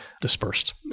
dispersed